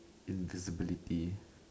invisibility